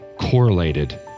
correlated